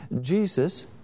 Jesus